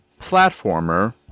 platformer